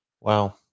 Wow